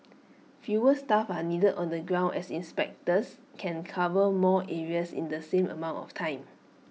fewer staff are needed on the ground as inspectors can cover more areas in the same amount of time